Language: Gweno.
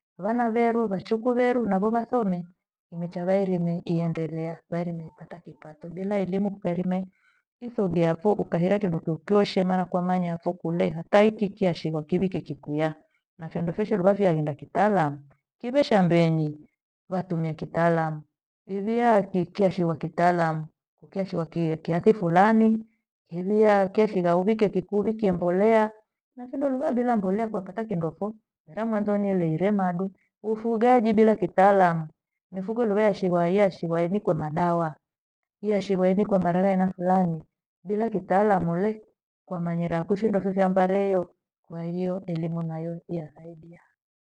Vana veru, vachuku veru navo vasome, imecha vairime iendelea, vairime ipata kipato. Bila elimu kairime isogeapho ukahira kindo chochoshe maana kwamanyafo kunehi hata hiki ichi chashigwa kivikwe kikuya. Na findo foshe luvavia kindo kitaalam kiwe shambenyi, vatumia kitaalam, ivia kikeshua kitaalam, kukeshua kiathi fulani hemia keshigha uvike kikuwikie mbole. Na phindo luva bila mbolea kwakata kindofo, ndamwanzoni ile irema du. Ufugaji bila kitaalamu, mifugo luva yashigwa hiya yashigwa inikwe madawa. Yashigwa inika marera ina fulani bila kitaamu ule kwamanyira kushindo hivo vya mbareiyo, kwaiyo elimu nayo yathaidia.